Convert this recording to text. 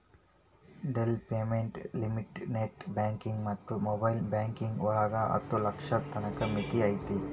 daily payment limit net banking ಮತ್ತ mobile banking ಒಳಗ ಹತ್ತ ಲಕ್ಷದ್ ತನ ಮಿತಿ ಐತಿ